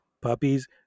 puppies